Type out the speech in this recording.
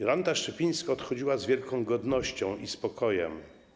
Jolanta Szczypińska odchodziła z wielką godnością i spokojem.